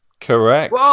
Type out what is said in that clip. Correct